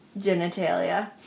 genitalia